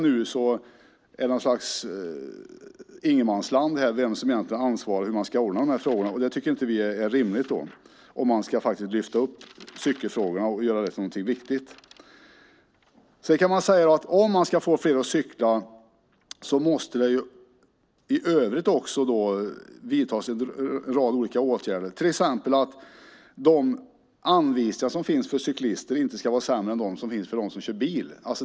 Nu är det något slags ingenmansland när det gäller vem som är ansvarig för detta, och det är inte rimligt om man ska lyfta upp cykelfrågorna och göra dem viktiga. Om man ska få fler att cykla måste man vidta en rad olika åtgärder. Till exempel ska anvisningar för cyklister inte vara sämre än anvisningar för bilister.